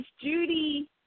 Judy